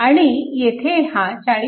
आणि येथे हा 40